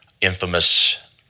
infamous